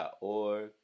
org